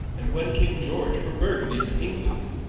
and when came george from burgundy to england?